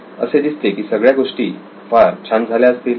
असे दिसते की सगळ्या गोष्टी फार छान झाल्या असतील